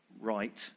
right